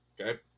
Okay